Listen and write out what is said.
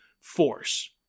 force